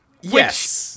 Yes